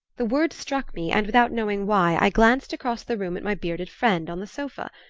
the word struck me, and without knowing why i glanced across the room at my bearded friend on the sofa.